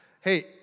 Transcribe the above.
hey